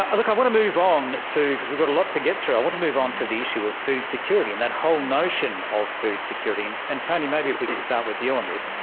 ah look, i want to move on to because we've got a lot to get through i want to move on to the issue of food security and that whole notion of food security. and tony, maybe if we could start with you on this.